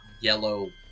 yellow